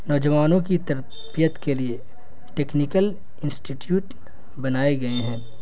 نوجوانوں کی تربیت کے لیے ٹیکنیکل انسٹیٹیوٹ بنائے گئے ہیں